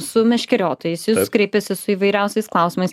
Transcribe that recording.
su meškeriotojais į jus kreipiasi su įvairiausiais klausimais